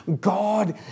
God